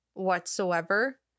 whatsoever